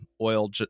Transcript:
oil